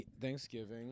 Thanksgiving